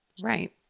Right